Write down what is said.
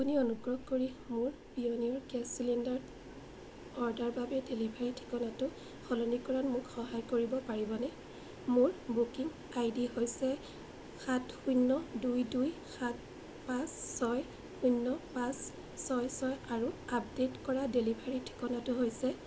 আপুনি অনুগ্ৰহ কৰি মোৰ পিয়োনিয়েৰ গেছ চিলিণ্ডাৰ অৰ্ডাৰ বাবে ডেলিভাৰীৰ ঠিকনাটো সলনি কৰাত মোক সহায় কৰিব পাৰিবনে মোৰ বুকিং আই ডি হৈছে সাত শূন্য দুই দুই সাত পাঁচ ছয় শূন্য পাঁচ ছয় ছয় আৰু আপডে'ট কৰা ডেলিভাৰী ঠিকনাটো হৈছে